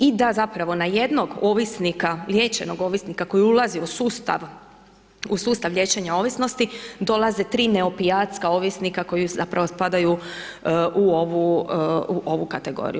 I da zapravo na jednog ovisnika, liječenog ovisnika koji ulazi u sustav liječenja ovisnosti dolaze 3 neopijatska ovisnika koji zapravo spadaju u ovu kategoriju.